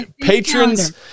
patrons